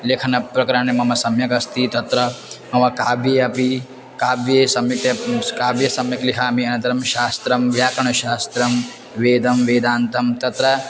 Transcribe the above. लेखनप्रकारणे मम सम्यगस्ति तत्र मम काव्ये अपि काव्ये सम्यक्तया स् काव्ये सम्यक् लिखामि अनन्तरं शास्त्रं व्याकरणशास्त्रं वेदं वेदान्तं तत्र